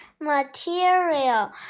Material